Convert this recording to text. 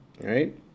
right